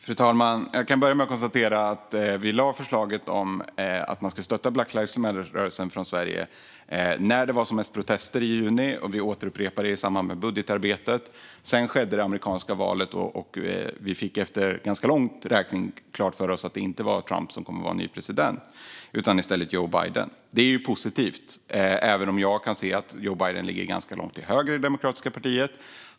Fru talman! Jag kan börja med att konstatera att vi lade fram förslaget om att man ska stötta Black lives matter-rörelsen från Sverige när det var som mest protester i juni, och vi återupprepade det i samband med budgetarbetet. Sedan skedde det amerikanska valet. Och vi fick efter ganska lång tid klart för oss att Trump inte skulle fortsätta att vara president utan att det i stället skulle bli Joe Biden. Det är positivt, även om jag kan se att Joe Biden ligger ganska långt till höger i det demokratiska partiet.